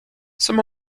some